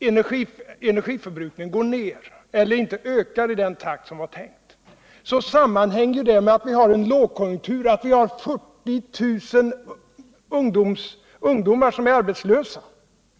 energiförbrukningen inte ökar i den takt som var tänkt. Det sammanhänger med att vi har en lågkonjunktur, att 40 000 ungdomar är arbetslösa.